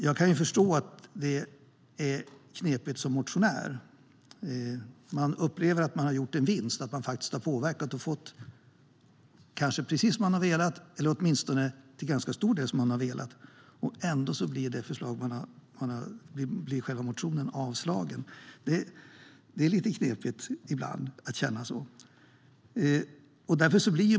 Jag kan förstå att det är knepigt att vara motionär. Man upplever att man har påverkat och fått det precis som han har velat, eller en ganska stor del av det som man har velat, och ändå blir motionen avslagen. Det känns lite knepigt ibland.